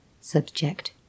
subject